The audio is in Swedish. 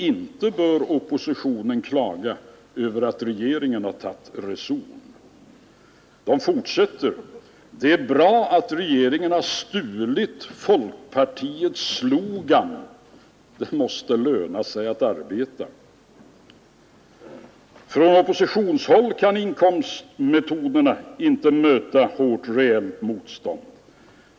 Inte bör oppositionen klaga över att regeringen har tagit reson.” Tidningen fortsätter: ”Det är bra att regeringen har stulit folkpartiets slogan ”Det måste löna sig att arbeta". Från oppositionshåll kan inkomstmetoderna inte mötas med hårt reellt motstånd.